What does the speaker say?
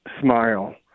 smile